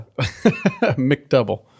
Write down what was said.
McDouble